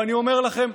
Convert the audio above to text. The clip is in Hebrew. ואני אומר לכם,